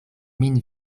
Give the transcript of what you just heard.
min